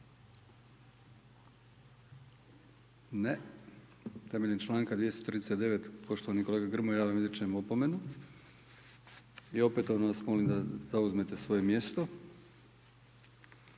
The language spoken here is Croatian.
Ne. Temeljem članka 239. poštovani kolega Grmoja ja vam izričem opomenu i opetovano vas molim da zauzmete svoje mjesto.